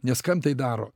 nes kam tai daro